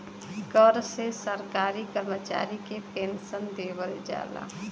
कर से सरकारी करमचारी के पेन्सन देवल जाला